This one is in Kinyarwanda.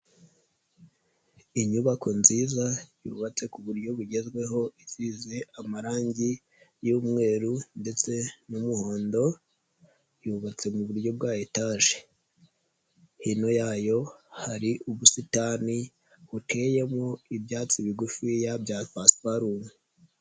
Inyubako nziza yubatse ku buryo bugezweho isize amarangi y'umweru ndetse n'umuhondo yubatse mu buryo bwa etaje, hino yayo hari ubusitani bukemo ibyatsi bigufiya bya pasiparume.